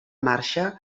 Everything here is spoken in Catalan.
marxa